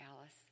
Alice